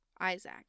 Isaac